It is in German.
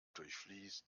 durchfließt